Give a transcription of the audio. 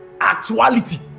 actuality